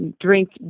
drink